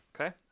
Okay